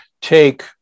take